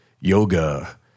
yoga